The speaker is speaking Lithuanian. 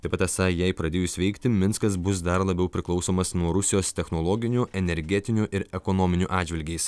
taip pat esą jai pradėjus veikti minskas bus dar labiau priklausomas nuo rusijos technologiniu energetiniu ir ekonominiu atžvilgiais